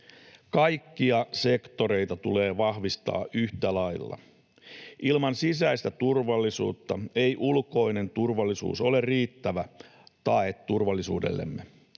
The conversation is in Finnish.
Kaikkia sektoreita tulee vahvistaa yhtä lailla. Ilman sisäistä turvallisuutta ei ulkoinen turvallisuus ole riittävä tae turvallisuudellemme.